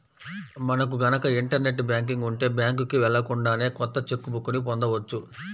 మనకు గనక internet banking ఉంటే బ్యాంకుకి వెళ్ళకుండానే కొత్త చెక్ బుక్ ని పొందవచ్చు